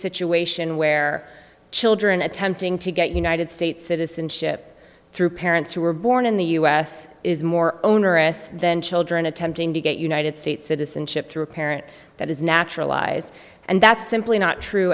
situation where children attempting to get united states citizenship through parents who were born in the u s is more onerous than children attempting to get united states citizenship to a parent that is naturalized and that's simply not true